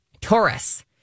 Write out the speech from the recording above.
Taurus